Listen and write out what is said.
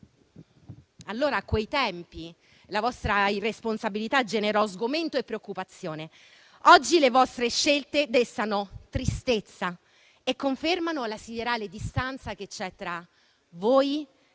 a voi. A quei tempi la vostra irresponsabilità generò sgomento e preoccupazione. Oggi le vostre scelte destano tristezza e confermano la siderale distanza che c'è tra voi, le